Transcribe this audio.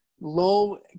low